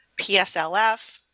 PSLF